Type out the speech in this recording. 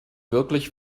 wirklich